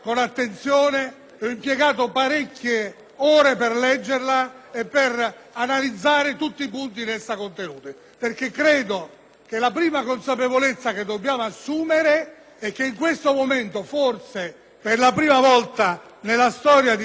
ho impiegato parecchie ore per leggere con attenzione la relazione e per analizzare tutti i punti in essa contenuti. Credo che la prima consapevolezza che dobbiamo assumere è che in questo momento, forse per la prima volta nella storia di questa Camera,